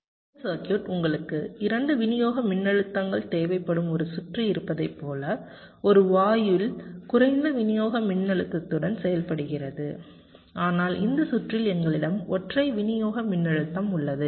முதல் சர்க்யூட் உங்களுக்கு இரண்டு விநியோக மின்னழுத்தங்கள் தேவைப்படும் ஒரு சுற்று இருப்பதைப் போல ஒரு வாயில் குறைந்த விநியோக மின்னழுத்தத்துடன் செயல்படுகிறது ஆனால் இந்த சுற்றில் எங்களிடம் ஒற்றை விநியோக மின்னழுத்தம் உள்ளது